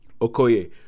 Okoye